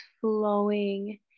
flowing